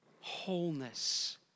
Wholeness